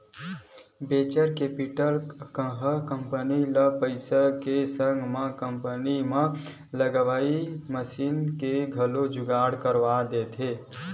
venture capital ह company ल पइसा के संग म कंपनी म लगइया मसीन के घलो जुगाड़ करवा देथे